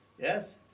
Yes